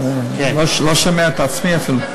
אני לא שומע את עצמי אפילו.